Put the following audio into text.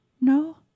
No